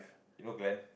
you know Glenn